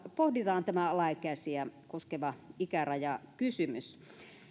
pohditaan tämä alaikäisiä koskeva ikärajakysymys